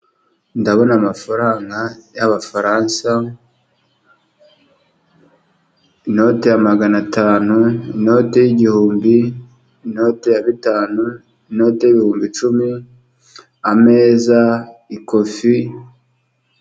Adabona amafaranga y'afaransa, inote magana atanu, inote y'igihumbi, inote ya bitanu, inote y'ibihumbi icumi, ameza, ikofi.